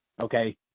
okay